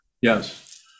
yes